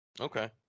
okay